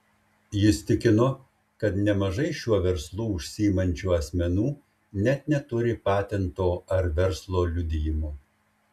jis tikino kad nemažai šiuo verslu užsiimančių asmenų net neturi patento ar verslo liudijimo